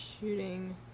shooting